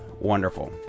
wonderful